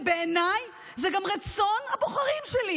ובעיניי זה גם רצון הבוחרים שלי.